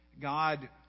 God